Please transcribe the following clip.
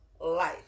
life